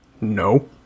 No